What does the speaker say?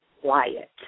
quiet